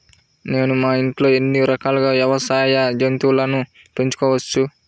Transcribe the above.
నేను మా ఇంట్లో ఎన్ని రకాల వ్యవసాయ జంతువులను పెంచుకోవచ్చు?